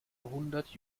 hundert